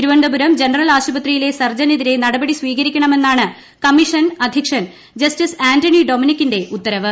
Thiruvananthapuram general ആശുപത്രിയിലെ സർജനെതിരെ നടപടി സ്വീകരി ക്കണമെന്നാണ് കമ്മീഷൻ അധ്യക്ഷൻ ജസ്സിസ്ട്രആൻ്റണി ഡൊമിനിക്കിന്റെ ഉത്തരവ്